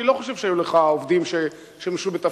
אני לא חושב שהיו לך עובדים ששימשו בתפקידם,